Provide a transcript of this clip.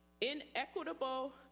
inequitable